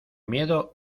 miedo